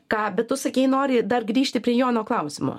ką bet tu sakei nori dar grįžti prie jono klausimo